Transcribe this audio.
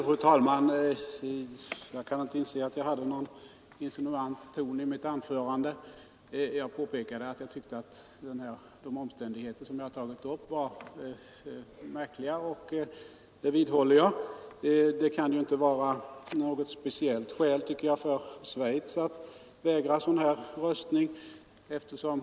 Fru talman! Jag kan inte inse att jag hade någon insinuant ton i mitt anförande. Jag påpekade att jag tyckte att de omständigheter som jag hade tagit upp var märkliga, och det vidhåller jag. Det kan ju inte finnas några speciella skäl för just Schweiz att vägra svenskar att där utöva sin rösträtt.